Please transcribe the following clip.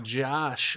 Josh